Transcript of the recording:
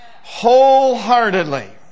wholeheartedly